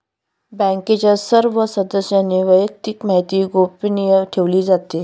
बँकेच्या सर्व सदस्यांची वैयक्तिक माहिती गोपनीय ठेवली जाते